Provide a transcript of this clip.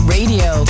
Radio